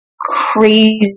crazy